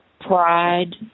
Pride